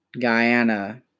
Guyana